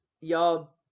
Y'all